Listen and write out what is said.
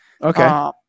Okay